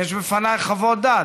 יש בפנייך חוות דעת.